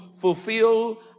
fulfill